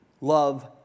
Love